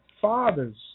fathers